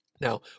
Now